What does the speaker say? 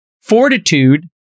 fortitude